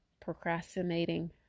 procrastinating